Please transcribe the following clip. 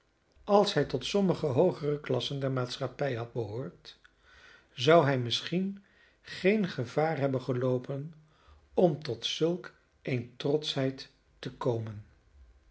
als hij tot sommige hoogere klassen der maatschappij had behoord zou hij misschien geen gevaar hebben geloopen om tot zulk eene trotschheid te komen